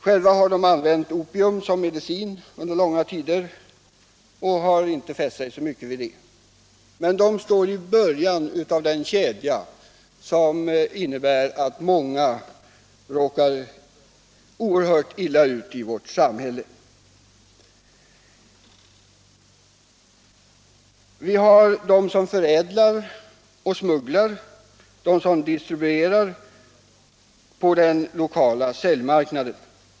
Själva har de kanske använt opium som medicin under långa tider utan att fästa sig så mycket vid det. De människorna står i början av den kedja som innebär att så många råkar oerhört illa ut i vårt samhälle. Vidare har vi de människor som förädlar och smugglar narkotika samt de som distribuerar narkotikan på den lokala säljmarknaden.